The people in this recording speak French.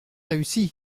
réussi